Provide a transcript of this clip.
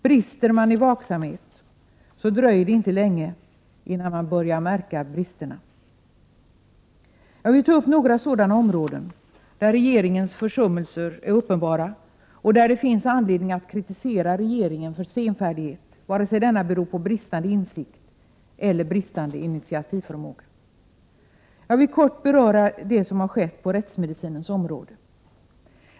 Om vaksamheten är otillräcklig dröjer det inte länge innan bristerna börjar märkas. Jag vill ta upp några sådana områden, där regeringens försummelser är uppenbara och där det finns anledning att kritisera regeringen för senfärdighet, vare sig denna beror på bristande insikt eller bristande initiativförmåga. Jag vill kort beröra det som har skett på rättsmedicinens område.